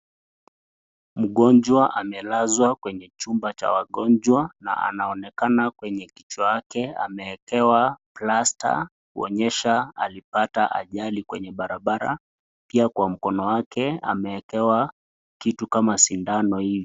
Mgonjwa amelazwa kwenye chumba cha wagonjwa na anaonekana kwenye kichwa chake amewekewa plasta kuonyesha alipata ajali kwenye Barabara, pia kwa mkono wake amewekewa kitu kama sindano hivi.